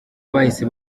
bahise